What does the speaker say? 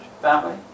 family